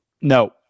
No